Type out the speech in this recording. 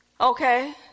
Okay